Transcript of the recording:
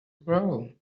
grow